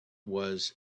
was